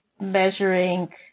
measuring